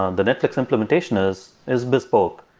um the netflix implementation is is bespoke,